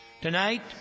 Tonight